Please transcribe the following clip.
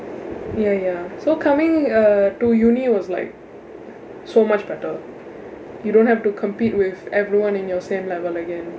ya ya so coming uh to uni was like so much better you don't have to compete with everyone in your same level again